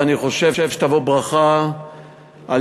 ואני חושב שתבוא ממנו ברכה לילדינו,